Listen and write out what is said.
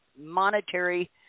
monetary